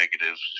negatives